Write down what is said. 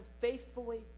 faithfully